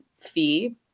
fee